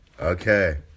Okay